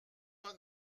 pas